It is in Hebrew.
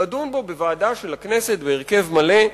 לדון בו בוועדה של הכנסת בהרכב מלא.